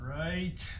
right